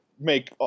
Make